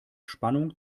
spannung